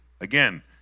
Again